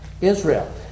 Israel